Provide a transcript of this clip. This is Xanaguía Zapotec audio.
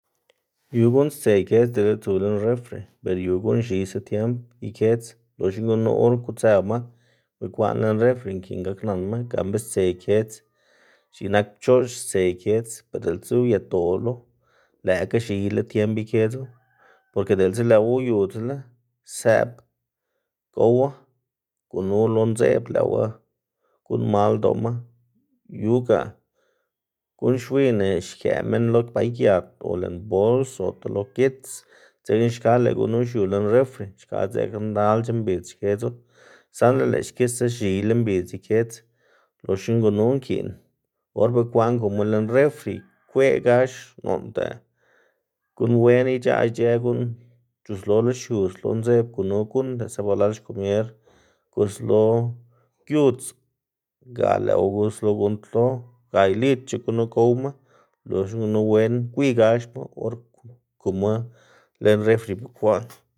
Yu guꞌn stse ikets dele tsu lën refri, ber yu guꞌn x̱iysa tiemb ikedz, loxna gunu or kutsëwma bekwaꞌn lën refri nkiꞌn gaknanma ga be stse ikedz, x̱iꞌk nak pchoꞌx stse ikedz ber diꞌltsa uyedoꞌlo lëꞌkga x̱iyla tiemb ikedzu, porke diꞌltsa lëꞌwu uyudzla sëꞌb gowu gunu lo ndzeꞌb lëꞌwu guꞌnn mal ldoꞌma. yu ga guꞌn xwiyná xkëꞌ minn lo baygiat o lën bols ota lo gits, dzekna xka lëꞌ gunu xiu lën refri xka dzekna ndalc̲h̲a mbidz xkedzu, saꞌnda lëꞌ xkisa x̱iyla mbidz ikedz, loxna gunu nkiꞌn or bekwaꞌb kuma lën refri ikweꞌgax noꞌnda guꞌn wen ic̲h̲aꞌ ic̲h̲ë guꞌn c̲h̲c̲h̲uslola xiudz lo ndzeꞌb gunu guꞌnn lëꞌ sebalal xkomier guslo giuts ga lëꞌwu guslo guꞌnntlo ga ika ilidc̲h̲a gunu gowma, loxna gunu wen gwiygaxma or kumu lën refri bekwaꞌn.